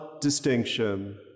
distinction